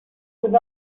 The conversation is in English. with